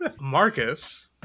Marcus